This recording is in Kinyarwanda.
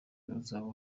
azaba